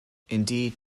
indeed